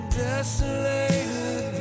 desolated